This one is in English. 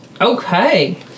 Okay